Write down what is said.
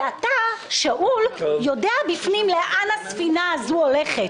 ואתה, שאול, יודע בפנים לאן הספינה הזו הולכת.